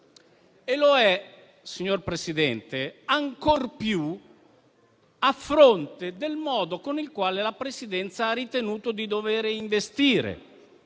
e lo è, signor Presidente, ancor più a fronte del modo con il quale la Presidenza ha ritenuto di dovere investire